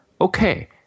okay